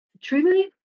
truly